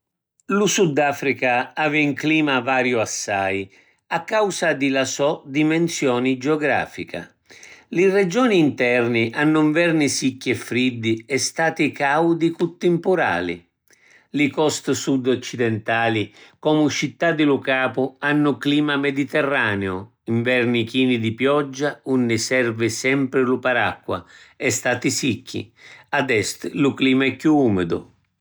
Lu Sudafrica havi ‘n clima variu assai, a causa di la so dimensioni giografica. Li regioni interni hannu nverni sicchi e friddi e stati caudi cu timpurali. Li costi sud-occidintali, comu Città di lu Capu, hannu clima meditirraneu: nverni chini di pioggia unni servi sempri lu paracqua e stati sicchi. A est lu clima è chiù umidu.